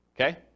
Okay